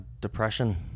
depression